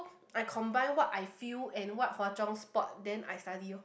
I combine what I feel and what Hua-Chong spot then I study orh